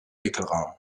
wickelraum